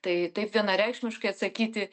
tai taip vienareikšmiškai atsakyti